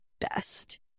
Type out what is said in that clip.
best